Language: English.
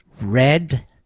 red